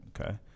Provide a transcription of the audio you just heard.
okay